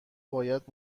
باید